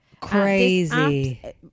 crazy